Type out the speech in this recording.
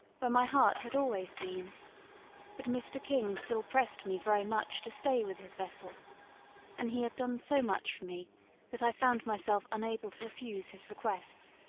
where my heart had always been but mr. king still pressed me very much to stay with his vessel and he had done so much for me that i found myself unable to refuse his requests,